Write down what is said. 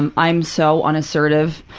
and i'm so unassertive,